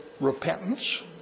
repentance